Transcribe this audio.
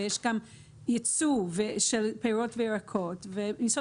ויש גם ייצוא של פירות וירקות משרד